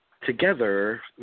together